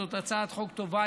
זאת הצעת חוק טובה,